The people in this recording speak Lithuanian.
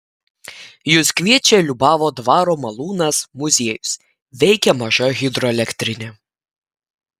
jus kviečia liubavo dvaro malūnas muziejus veikia maža hidroelektrinė